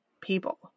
people